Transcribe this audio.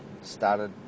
started